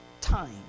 time